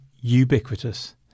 ubiquitous